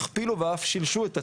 הכפילו ואף שילשו את עצמם,